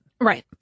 Right